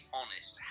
honest